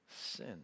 sin